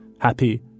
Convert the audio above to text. happy